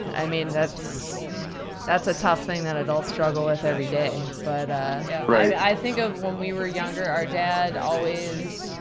i mean that's that's a tough thing that adults struggle with every day. but ah yeah i think of when we were younger, our dad always,